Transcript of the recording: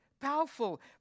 Powerful